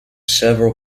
several